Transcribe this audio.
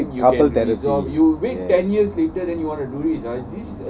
straightaway couple therapy yes